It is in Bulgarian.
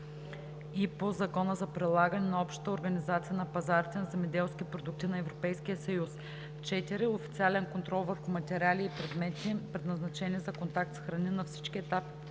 й по Закона за прилагане на Общата организация на пазарите на земеделски продукти на Европейския съюз; 4. официален контрол върху материали и предмети, предназначени за контакт с храни, на всички етапи